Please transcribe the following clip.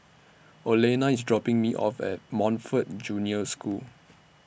Olena IS dropping Me off At Montfort Junior School